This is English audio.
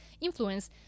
Influence